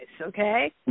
Okay